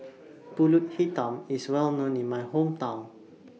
Pulut Hitam IS Well known in My Hometown